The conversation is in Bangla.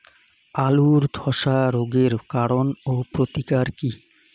আলুর ধসা রোগের কারণ ও প্রতিকার কি?